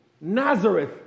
nazareth